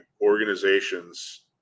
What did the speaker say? organizations